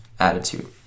attitude